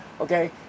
okay